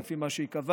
אבל לפי מה שייקבע,